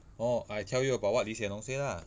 orh I tell you about what lee hsien loong say lah